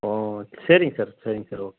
ஆ சரிங்க சார் சரிங்க சார்